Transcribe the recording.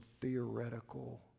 theoretical